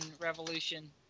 Revolution